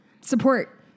support